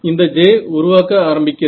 இந்த J உருவாக்க ஆரம்பிக்கிறது